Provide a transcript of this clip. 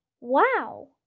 Wow